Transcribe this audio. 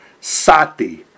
Sati